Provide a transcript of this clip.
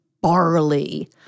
barley